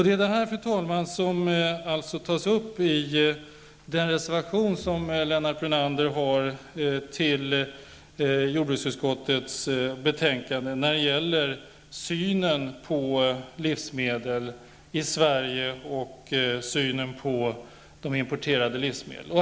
Det är det här, fru talman, som tas upp i den reservation som Lennart Brunander har fogat till jordbruksutskottets betänkande, frågor som gäller sättet att se på svenska och importerade livsmedel.